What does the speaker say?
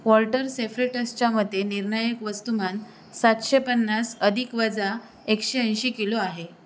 Walter सेफ्रेटसच्या मते निर्णायक वस्तुमान सातशे पन्नास अधिक वजा एकशे ऐंशी किलो आहे